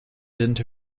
into